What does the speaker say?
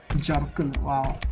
jochen wiles